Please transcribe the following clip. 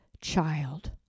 child